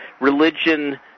religion